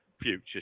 future